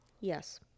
Yes